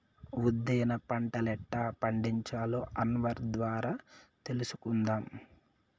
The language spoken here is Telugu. ఉద్దేన పంటలెట్టా పండించాలో అన్వర్ ద్వారా తెలుసుకుందాం